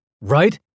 Right